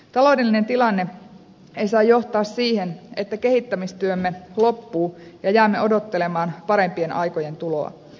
taloudellinen tilanne ei saa johtaa siihen että kehittämistyömme loppuu ja jäämme odottelemaan parempien aikojen tuloa